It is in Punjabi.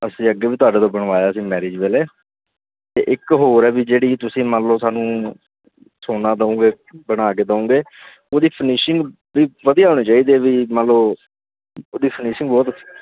ਅਸੀਂ ਅੱਗੇ ਵੀ ਤੁਹਾਡੇ ਤੋਂ ਬਣਵਾਇਆ ਸੀ ਮੈਰਿਜ ਵੇਲੇ ਅਤੇ ਇੱਕ ਹੋਰ ਹੈ ਵੀ ਜਿਹੜੀ ਤੁਸੀਂ ਮੰਨ ਲਓ ਸਾਨੂੰ ਸੋਨਾ ਦਿਓਗੇ ਬਣਾ ਕੇ ਦਿਓਗੇ ਉਹਦੀ ਫਿਨਿਸ਼ਿੰਗ ਵੀ ਵਧੀਆ ਹੋਣੀ ਚਾਹੀਦੀ ਵੀ ਮੰਨ ਲਓ ਉਹਦੀ ਫਿਨਿਸ਼ਿੰਗ ਬਹੁਤ